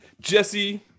Jesse